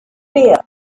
beer